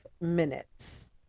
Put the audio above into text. minutes